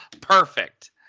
Perfect